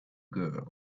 girl